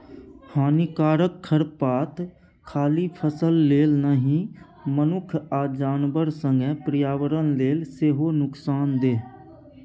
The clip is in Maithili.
हानिकारक खरपात खाली फसल लेल नहि मनुख आ जानबर संगे पर्यावरण लेल सेहो नुकसानदेह